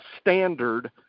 standard